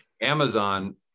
Amazon